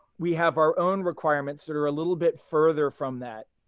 we have our own requirements that are a little bit further from that.